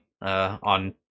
on